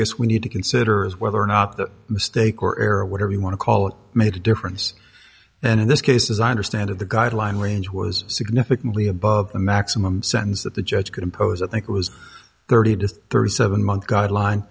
guess we need to consider is whether or not that mistake or error whatever you want to call it made a difference and in this case as i understand it the guideline range was significantly above the maximum sentence that the judge could impose i think was thirty to thirty seven month guideline